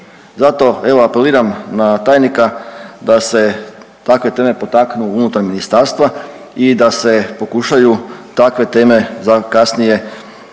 evo apeliram na tajnika da se takve teme potaknu unutar ministarstva i da se pokušaju takve teme za kasnije pozitivni